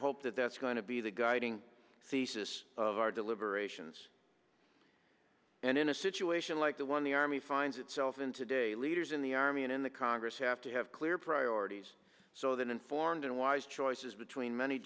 that that's going to be the guiding thesis of our deliberations and in a situation like the one the army finds itself in today leaders in the army and in the congress have to have clear priorities so that informed and wise choices between many